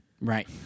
right